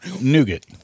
Nougat